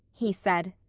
he said.